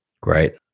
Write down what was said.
Great